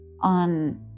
on